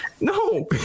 no